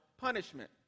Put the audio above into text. punishment